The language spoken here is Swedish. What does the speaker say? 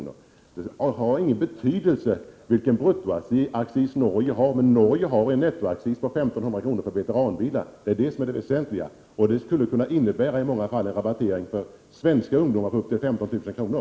Det har ingen betydelse vilken bruttoaccis man har i Norge. I Norge är det en nettoaccis på 1 500 kr. på veteranbilar. Detta är det väsentliga, och det skulle kunna innebära en rabattering för svenska ungdomar på upp till 15 000 kr.